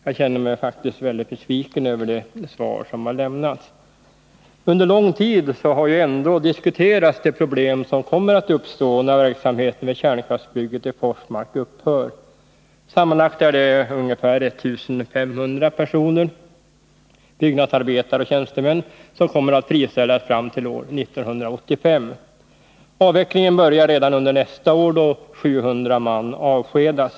Jag känner mig faktiskt väldigt besviken över det svar som har lämnats. Under lång tid har ju ändå diskuterats de problem som kommer att uppstå när verksamheten vid kärnkraftsbygget i Forsmark upphör. Sammanlagt är det ungefär 1500 personer — byggnadsarbetare och tjänstemän — som kommer att friställas till år 1985. Avvecklingen börjar redan under nästa år då 700 man avskedas.